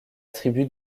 tribu